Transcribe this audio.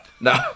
No